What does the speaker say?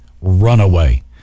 runaway